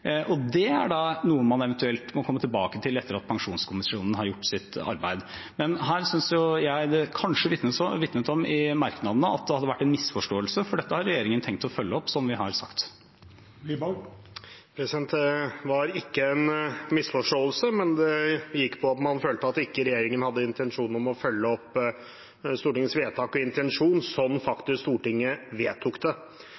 Det er noe man eventuelt må komme tilbake til etter at pensjonskommisjonen har gjort sitt arbeid. Her synes jeg kanskje det vitnes om i merknadene at det har vært en misforståelse, for dette har regjeringen tenkt å følge opp, som vi har sagt. Det var ikke en misforståelse. Det gikk på at man følte at regjeringen ikke hadde noen intensjon om følge opp Stortingets vedtak og intensjon slik Stortinget faktisk vedtok det.